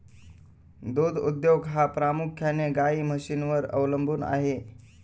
दूध उद्योग हा प्रामुख्याने गाई म्हशींवर अवलंबून आहे